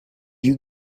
you